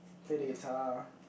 play the guitar